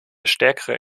stärkere